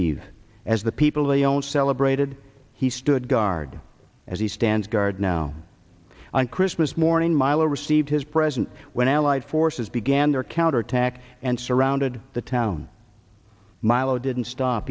eve as the people they own celebrated he stood guard as he stands guard now on christmas morning milo received his present when allied forces began their counterattack and surrounded the town milo didn't stop